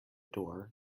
door